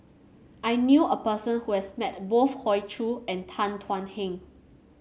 I knew a person who has met both Hoey Choo and Tan Thuan Heng